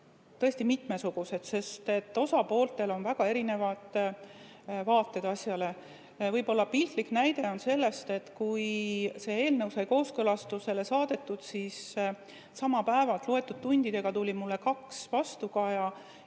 tõesti mitmesugused, sest osapooltel on väga erinevad vaated asjale. Võib-olla piltlik näide on see, et kui see eelnõu sai kooskõlastusele saadetud, siis samal päeval loetud tundidega tuli mulle kaks vastukaja